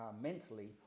mentally